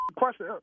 question